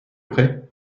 prêt